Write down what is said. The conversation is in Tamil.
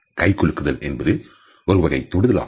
கை குலுக்குதல் என்பது ஒருவகை தொடுதல் ஆகும்